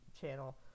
channel